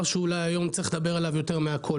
שאולי היום צריך לדבר עליו יותר מהכל.